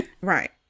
Right